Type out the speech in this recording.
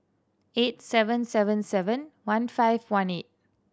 eight seven seven seven one five one eight